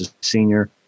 senior